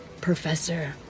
Professor